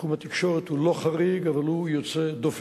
תחום התקשורת הוא לא חריג, אבל הוא יוצא דופן.